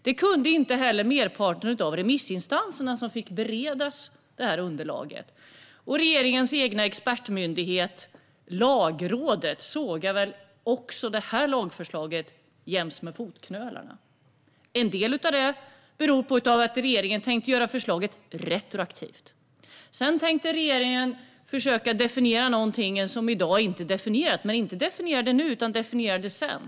Det kunde inte heller merparten av remissinstanserna, som fick bereda underlaget. Och regeringens egen expertmyndighet Lagrådet sågade väl också detta lagförslag jäms med fotknölarna. Till en del beror det på att regeringen tänker göra förslaget retroaktivt. Sedan tänker regeringen försöka definiera något som i dag inte är definierat, men inte definiera det nu utan sedan.